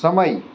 સમય